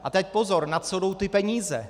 A teď pozor na co jdou ty peníze.